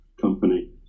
company